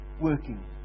working